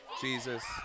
Jesus